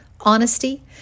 honesty